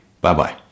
Bye-bye